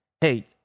hey